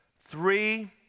three